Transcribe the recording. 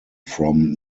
from